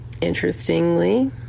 Interestingly